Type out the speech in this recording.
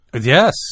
Yes